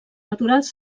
naturals